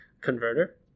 converter